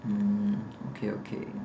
mm okay okay